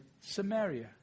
Samaria